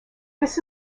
this